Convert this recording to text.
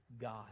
God